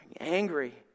angry